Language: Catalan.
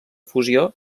fusió